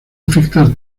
afectar